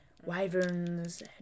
Wyverns